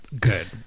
good